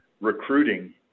recruiting